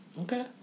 okay